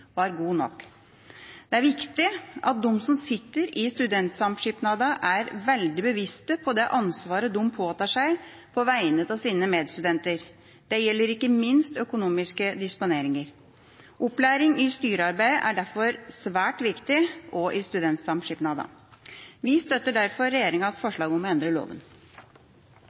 god nok. Det er viktig at de som sitter i studentsamskipnadene, er veldig bevisst på det ansvaret de påtar seg på vegne av sine medstudenter. Det gjelder ikke minst økonomiske disponeringer. Opplæring i styrearbeid er derfor svært viktig også i studentsamskipnadene. Vi støtter derfor regjeringas